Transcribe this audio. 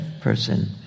person